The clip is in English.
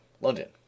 london